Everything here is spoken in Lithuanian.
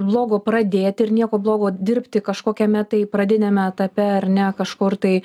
blogo pradėti ir nieko blogo dirbti kažkokiame tai pradiniame etape ar ne kažkur tai